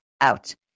out